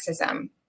sexism